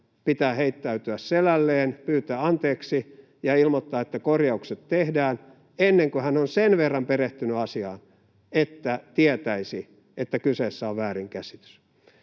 pitää heittäytyä selälleen, pyytää anteeksi ja ilmoittaa, että korjaukset tehdään, ennen kuin hän on sen verran perehtynyt asiaan, että tietäisi, että kyseessä on väärinkäsitys?